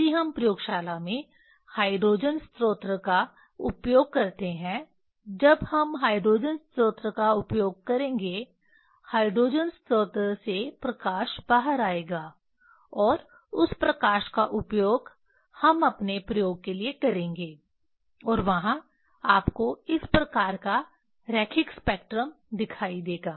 यदि हम प्रयोगशाला में हाइड्रोजन स्रोत का उपयोग करते हैं जब हम हाइड्रोजन स्रोत का उपयोग करेंगे हाइड्रोजन स्रोत से प्रकाश बाहर आएगा और उस प्रकाश का उपयोग हम अपने प्रयोग के लिए करेंगे और वहां आपको इस प्रकार का रेखिक स्पेक्ट्रम दिखाई देगा